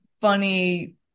funny